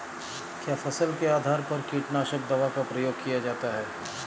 क्या फसल के आधार पर कीटनाशक दवा का प्रयोग किया जाता है?